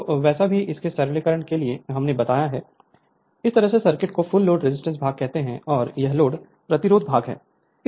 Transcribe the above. तो वैसे भी इसे सरलीकरण के लिए हमने बनाया है इस तरह के सर्किट को फुल लोड रेजिस्टेंस भाग कहते हैं और यह लोड प्रतिरोध भाग है